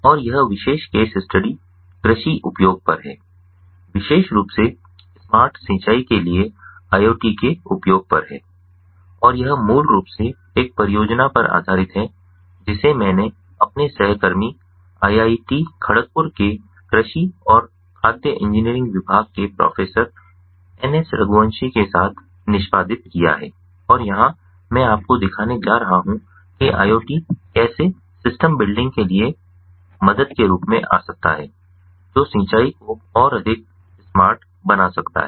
और यह विशेष केस स्टडी कृषि उपयोग पर है विशेष रूप से स्मार्ट सिंचाई के लिए IoT के उपयोग पर है और यह मूल रूप से एक परियोजना पर आधारित है जिसे मैंने अपने सहकर्मी IIT खड़गपुर के कृषि और खाद्य इंजीनियरिंग विभाग के प्रोफेसर एन एस रघुवंशी के साथ निष्पादित किया है और यहाँ मैं आपको दिखाने जा रहा हूँ कि IoT कैसे सिस्टम बिल्डिंग के लिए मदद के रूप में आ सकता है जो सिंचाई को और अधिक स्मार्ट बना सकता है